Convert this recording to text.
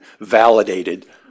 validated